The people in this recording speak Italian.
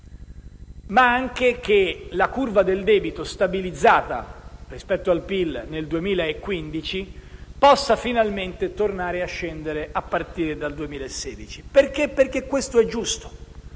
ma anche che la curva del debito, stabilizzata rispetto al PIL nel 2015, possa finalmente tornare a scendere a partire dal 2016, perché questo è giusto.